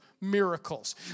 miracles